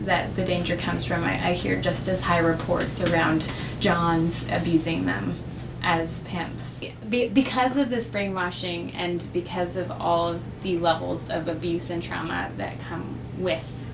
that the danger comes from i hear just as high reports around johns as using them as pam's because of this brainwashing and because of all the levels of abuse and trauma that come with